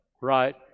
right